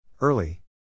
Early